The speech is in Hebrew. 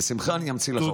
בשמחה אני אמציא לך אותם.